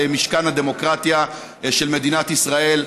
על שהגעת למשכן הדמוקרטיה של מדינת ישראל.